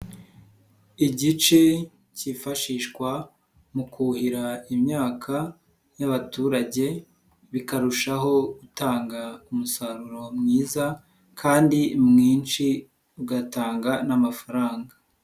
Igice kifashishwa mu kuhira imyaka y'abaturage bikarushaho gutanga umusaruro mwiza kandi mwinshi ugatanga n'amafaranga.